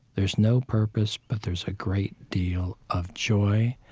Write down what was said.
there's no purpose, but there's a great deal of joy.